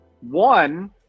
One